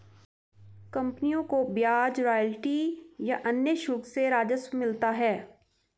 कंपनियों को ब्याज, रॉयल्टी या अन्य शुल्क से राजस्व मिलता है